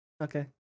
okay